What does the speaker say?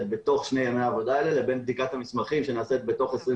בתוך שני ימי העבודה האלה לבין בדיקת המסמכים שנעשית בתוך 21